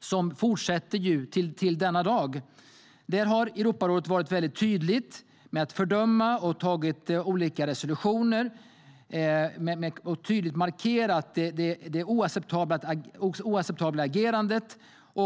som pågår ännu denna dag. Europarådet har tydligt fördömt detta, antagit olika resolutioner och tydligt markerat det oacceptabla agerandet.